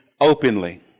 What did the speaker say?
openly